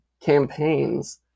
campaigns